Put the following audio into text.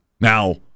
Now